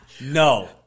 No